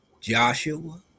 Joshua